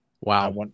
wow